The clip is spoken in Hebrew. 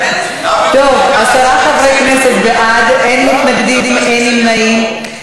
עשרה חברי כנסת בעד, אין מתנגדים, אין נמנעים.